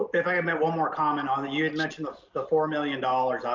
if i may one more comment on the, you had mentioned ah the four million dollars.